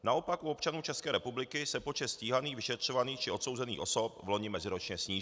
Naopak u občanů České republiky se počet stíhaných vyšetřovaných či odsouzených osob loni meziročně snížil.